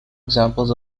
examples